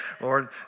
Lord